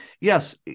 yes